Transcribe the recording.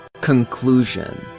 Conclusion